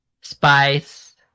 Spice